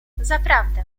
zaprawdę